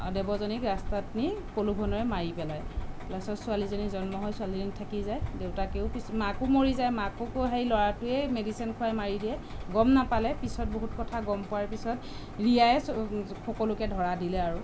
দেৱযানীক ৰাস্তাত নি প্ৰলোভনেৰে মাৰি পেলায় লাষ্টত ছোৱালীজনী জন্ম হয় ছোৱালীজনী থাকি যায় দেউতাকেও কিছু মাকো মৰি যায় মাককো সেই ল'ৰাটোৱে মেডিচিন খোৱাই মাৰি দিয়ে গম নাপালে পিছত বহুত কথা গম পোৱাৰ পিছত ৰিয়াই সকলোকে ধৰা দিলে আৰু